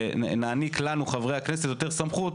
ונעניק לנו חברי הכנסת יותר סמכות,